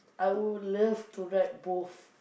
I would love to ride both